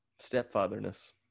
Stepfatherness